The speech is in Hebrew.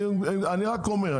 אני רק אומר,